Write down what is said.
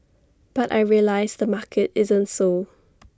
but I realised the market isn't so